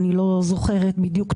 אני לא זוכרת בדיוק,